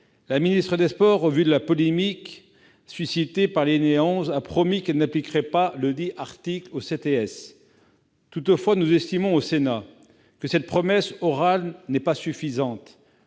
La ministre des sports, au vu de la polémique suscitée par l'alinéa 11, a promis qu'elle n'appliquerait pas cette disposition aux CTS. Toutefois, nous estimons au Sénat que cette promesse orale n'est pas suffisante.